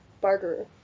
Barterer